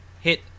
hit